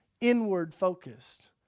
inward-focused